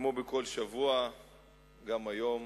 כמו בכל שבוע גם היום,